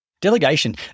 delegation